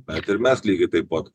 bet ir mes lygiai taip pat